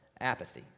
apathy